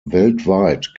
weltweit